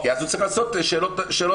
כי אז הוא יצטרך לעשות שאלות שונות.